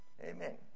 amen